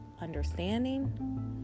understanding